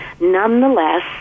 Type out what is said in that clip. nonetheless